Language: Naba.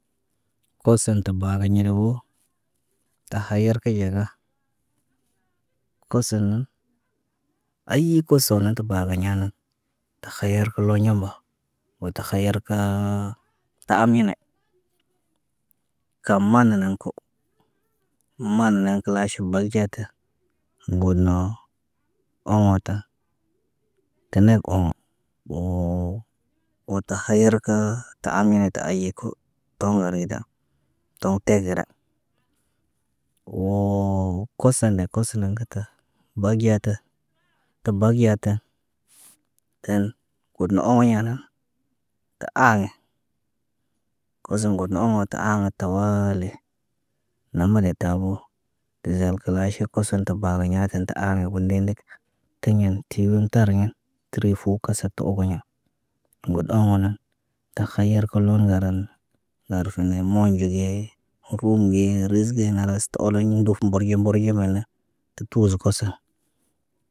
Koson tə baagə ɲele bu, ta khayarki yeda koso nən, aayi koso naŋg tə bagi ɲanan. Tə khayarkoloɲa mo, woo ti khayar kaa ta aamine. Kaman nana ko, man nə kəlaʃ balɟeta. God noo oŋo ta. Tene oŋo woo, tə khayar kəə, ta amine ta aye ko. Toŋgo rida, toŋg tee gera. Woo kosən de koso naŋgata bagiyata. Kə bagiyata, an got na ooɲo na. Ta aaŋge, kosom got oŋgo ta aaŋgə tawaali. Nam na detabo, zel kəlaʃi oson tə bagi ɲaati tə aaŋgə ən ndeendek. Tiɲen tiwiŋg tariɲa, təri fo kasat tə ogiɲa. Got oŋgo naan, ta khayar kulun ŋgaran; Ŋgarfene moonɟo ge, ruum ge, ris gena khalas, tə oroɲ ndur mborɲo mborɲemana, tə tuuzu kosa.